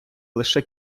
лише